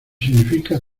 significa